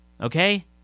Okay